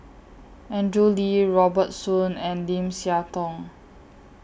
Andrew Lee Robert Soon and Lim Siah Tong